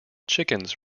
chickens